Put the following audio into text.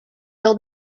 old